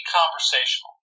conversational